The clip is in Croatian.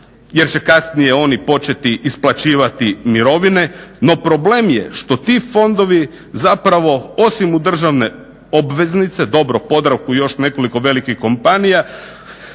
jer će kasnije oni početi isplaćivati mirovine. No, problem je što ti fondovi zapravo osim u državne obveznice, dobro Podravku i još nekoliko velikih kompanija